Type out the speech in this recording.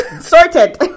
sorted